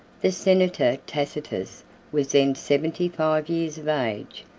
the senator tacitus was then seventy-five years of age.